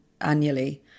annually